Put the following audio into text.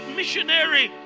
missionary